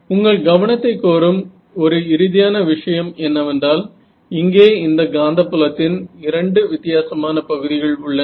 உங்கள் கவனத்தை கோரும் ஒரு இறுதியான விஷயம் என்னவென்றால் இங்கே இந்த காந்தப் புலத்தின் இரண்டு வித்தியாசமான பகுதிகள் உள்ளன